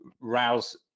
rouse